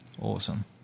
awesome